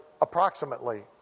approximately